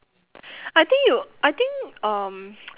I think you I think um